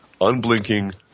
unblinking